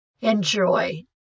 Enjoy